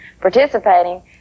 participating